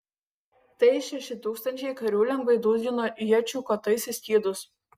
tai šeši tūkstančiai karių lengvai dūzgino iečių kotais į skydus